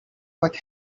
what